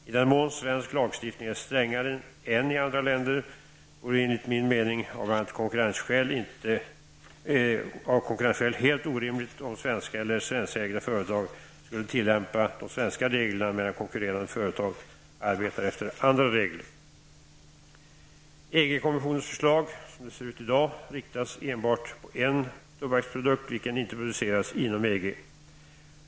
I den mån svensk lagstiftning är strängare än lagstiftning i andra länder, vore det enligt min mening av bl.a. konkurrensskäl helt orimligt om svenska eller svenskägda företag skulle tillämpa de svenska reglerna medan konkurrerande företag arbetar efter andra regler. EG-kommissionens förslag, som det ser ut i dag, riktas enbart på en tobaksprodukt vilken inte produceras inom EG.